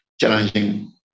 challenging